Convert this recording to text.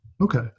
Okay